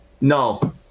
No